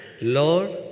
lord